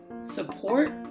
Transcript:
support